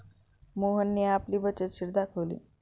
मोहनने आपली बचत शीट दाखवली